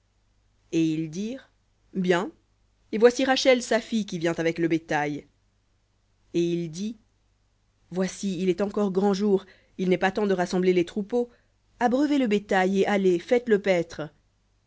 et ils dirent bien et voici rachel sa fille qui vient avec le bétail et il dit voici il est encore grand jour il n'est pas temps de rassembler les troupeaux abreuvez le bétail et allez faites-le paître